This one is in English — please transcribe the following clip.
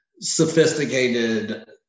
sophisticated